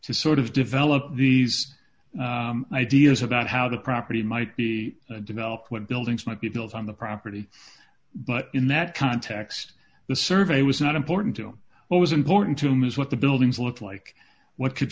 sort of develop these ideas about how the property might be developed what buildings might be built on the property but in that context the survey was not important to him what was important to him is what the buildings look like what could